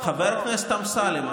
חבר הכנסת אמסלם,